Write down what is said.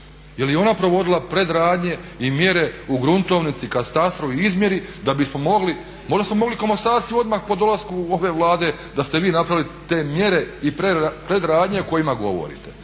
Je li ona provodila predradnje i mjere u gruntovnici, katastru i izmjeri da bismo mogli. Možda smo mogli komasaciju odmah po dolasku ove Vlade da ste vi napravili te mjere i predradnje o kojima govorite.